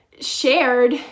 shared